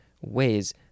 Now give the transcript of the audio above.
ways